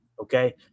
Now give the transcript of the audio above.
Okay